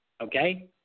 okay